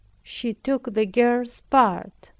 she took the girl's part.